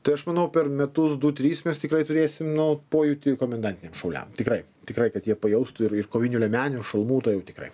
tai aš manau per metus du tris mes tikrai turėsim nu pojūtį komendantiniam šauliam tikrai tikrai kad jie pajaustų ir ir kovinių liemenių ir šalmų tai jau tikrai